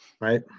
Right